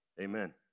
Amen